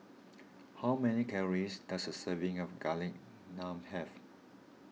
how many calories does a serving of Garlic Naan have